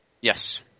Yes